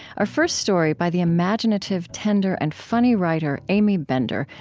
our first story, by the imaginative, tender, and funny writer aimee bender,